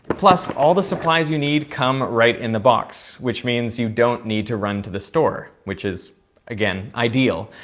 plus all the supplies you need come right in the box, which means you don't need to run to the store, which is again ideal.